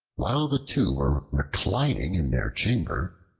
while the two were reclining in their chamber,